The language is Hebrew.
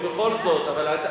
ובכל זאת,